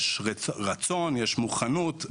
יש רצון, יש מוכנות.